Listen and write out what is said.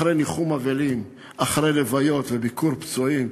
אחרי ניחום אבלים, אחרי לוויות וביקור פצועים.